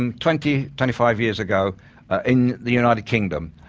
and twenty, twenty five years ago in the united kingdom,